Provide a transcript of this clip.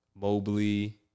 Mobley